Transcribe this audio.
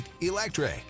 electric